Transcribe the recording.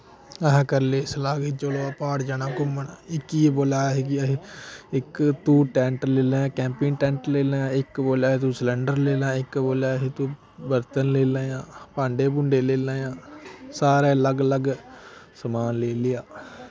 असें करी लेई सलाह् कि चलो प्हाड़ जाना घूमन इक गी बोलेआ असी कि असीं इक तू टैंट लेई लैयां कैंपिंग टैंट लेई लैयां इक बोलेआ तू सलंडर लेई लैयां इक बोलेआ असी तू बर्तन लेई लैयां भांडे भुंडे लेई लैयां सारे अलग अलग समान लेई लेआ